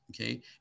okay